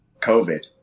COVID